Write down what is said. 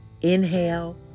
Inhale